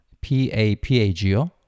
P-A-P-A-G-O